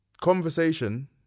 conversation